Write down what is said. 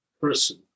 person